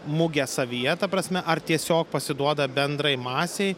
mugę savyje ta prasme ar tiesiog pasiduoda bendrai masei